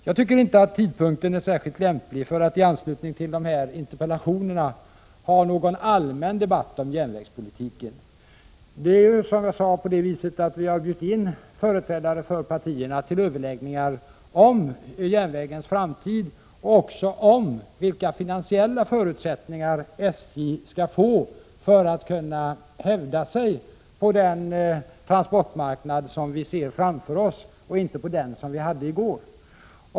Jag tycker inte att tidpunkten är särskilt lämplig för att i anslutning till dessa interpellationer ha någon allmän debatt om järnvägspolitiken. Vi har ju, som jag sade, bjudit in företrädare för partierna till överläggningar om järnvägens framtid och också om vilka finansiella förutsättningar SJ skall få för att kunna hävda sig på den transportmarknad som vi ser framför oss —- inte på den som vi hade i går.